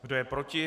Kdo je proti?